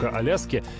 ah alaska